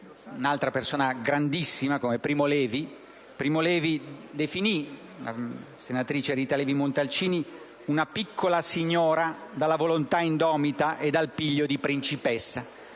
un'altra persona grandissima, Primo Levi, definì la senatrice Rita Levi-Montalcini: «una piccola signora dalla volontà indomita e dal piglio di principessa».